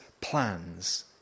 plans